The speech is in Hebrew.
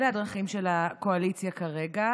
אלה הדרכים של הקואליציה כרגע,